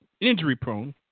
injury-prone